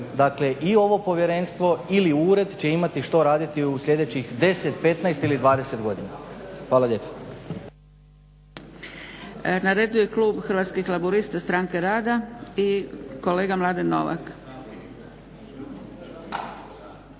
Dakle, i ovo povjerenstvo ili ured će imati što raditi u sljedećih 10, 15 ili 20 godina. Hvala lijepo.